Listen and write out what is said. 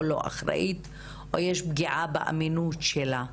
לא אחראית או יש פגיעה באמינות שלה.